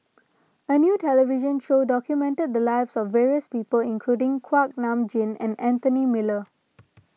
a new television show documented the lives of various people including Kuak Nam Jin and Anthony Miller